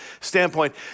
standpoint